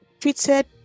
treated